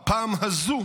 הפעם הזו,